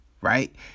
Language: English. right